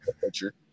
picture